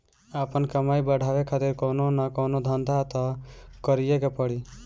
आपन कमाई बढ़ावे खातिर कवनो न कवनो धंधा तअ करीए के पड़ी